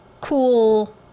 cool